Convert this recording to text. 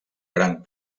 gran